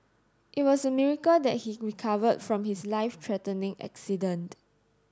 it was a miracle that he recovered from his life threatening accident